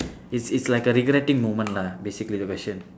it's it's like a regretting moment lah basically the question